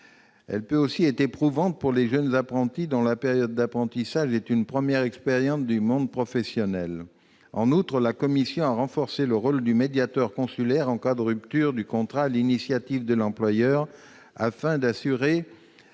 Il peut aussi être éprouvant pour de jeunes apprentis, dont la période d'apprentissage est une première expérience du monde professionnel. En outre, la commission a renforcé le rôle du médiateur consulaire en cas de rupture du contrat sur l'initiative de l'employeur, afin d'assurer